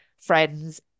friends